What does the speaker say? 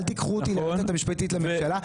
אל תיקחו אותי ליועצת המשפטית לממשלה.